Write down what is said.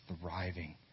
thriving